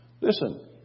Listen